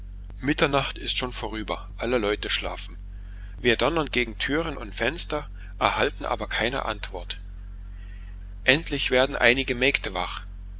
mitternacht ist schon vorüber alle leute schlafen wir donnern gegen türen und fenster erhalten aber keine antwort endlich werden einige mägde wach